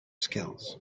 skills